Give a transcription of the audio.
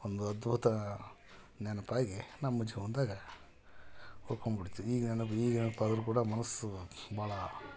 ಒಂದು ಅದ್ಭುತ ನೆನ್ಪು ಆಗಿ ನಮ್ಮ ಜೀವನ್ದಾಗೆ ಉಳ್ಕೊಂಡು ಬಿಡ್ತು ಹೀಗೇನ ಹೀಗೇನಪ್ಪ ಅಂದ್ರೆ ಕೂಡ ಮನಸ್ಸು ಭಾಳ